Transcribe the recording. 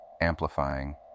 amplifying